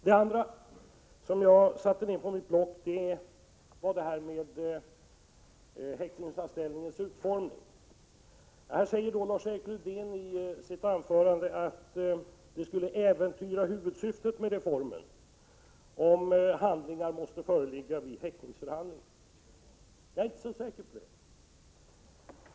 Det andra som jag antecknade på mitt block gällde häktningsframställningens utformning. Lars-Erik Lövdén säger i sitt anförande att huvudsyftet med reformen skulle äventyras om handlingar måste föreligga vid häktningsförhandling. Jag är inte så säker på det.